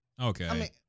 Okay